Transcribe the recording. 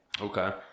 Okay